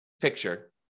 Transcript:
picture